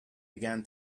began